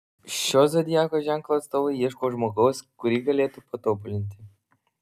šio zodiako ženklo atstovai ieško žmogaus kurį galėtų patobulinti